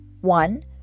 one